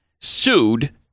sued